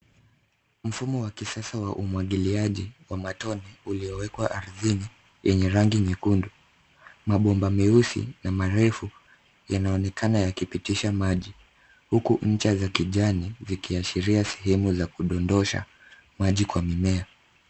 Mfumo wa kisasa wa umwagiliaji wa matone uliowekwa ardhini yenye rangi nyekundu. Mabomba meusi na marefu yanaonekana yakipitisha maji, huku ncha za kijani zikiashiria sehemu za kudondosha maji kwa mimea.